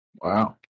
Wow